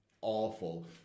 awful